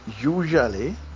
usually